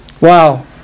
Wow